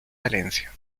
valencia